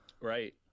right